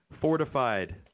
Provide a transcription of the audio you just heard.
fortified